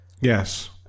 Yes